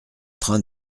train